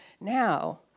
now